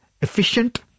efficient